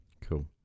Cool